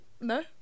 No